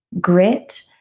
grit